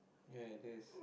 ya it is